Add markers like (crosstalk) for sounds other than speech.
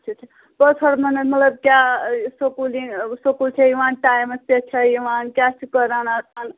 اچھا اچھا بہٕ ٲسس (unintelligible) مطلب کیاہ سکوٗل ین سکوٗل چھےٚ یوان ٹایمَس پیٚٹھ چھَ یوان کیاہ چھِ پَران آسان